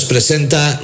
presenta